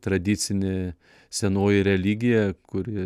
tradicinė senoji religija kuri